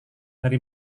dari